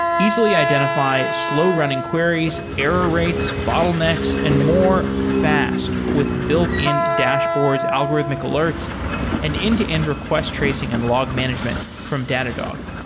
easily identify slow running queries, error rates, bottlenecks and more fast with built-in dashboards, algorithmic alerts and end-to-end request tracing and log management from datadog.